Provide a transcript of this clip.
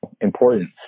importance